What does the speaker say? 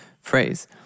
phrase